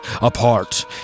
apart